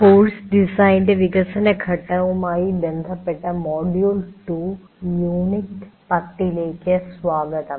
course ഡിസൈനിൻറെ വികസനഘട്ടവുമായി ബന്ധപ്പെട്ട മൊഡ്യൂൾ 2 യൂണിറ്റ് 10 ലേക്ക് സ്വാഗതം